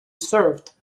served